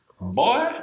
Boy